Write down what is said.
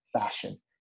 fashion